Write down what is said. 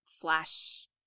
flash